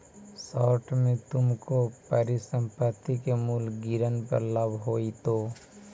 short में तुमको परिसंपत्ति के मूल्य गिरन पर लाभ होईतो